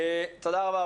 תודה רבה.